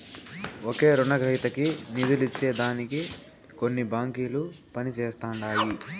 ఒకే రునగ్రహీతకి నిదులందించే దానికి కొన్ని బాంకిలు పనిజేస్తండాయి